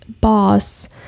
boss